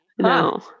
No